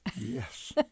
Yes